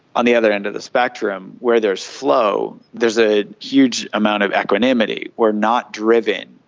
on the other end of the spectrum, where there is flow there's a huge amount of equanimity, we're not driven,